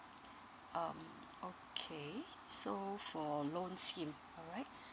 um okay so for loan scheme alright